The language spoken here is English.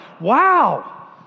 wow